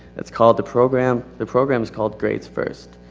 it's called the program, the program's called grace first.